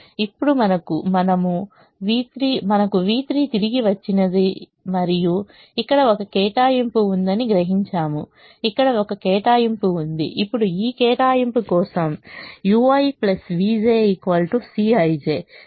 ఇప్పుడు మనకు v3 తిరిగి వచ్చినది మరియు ఇక్కడ ఒక కేటాయింపు ఉందని గ్రహించాము ఇక్కడ ఒక కేటాయింపు ఉంది ఇప్పుడు ఈ కేటాయింపు కోసం ui vj Cij